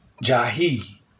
Jahi